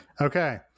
Okay